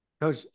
Coach